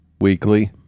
weekly